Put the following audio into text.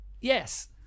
yes